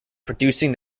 producing